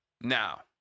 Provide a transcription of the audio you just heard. Now